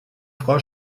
frau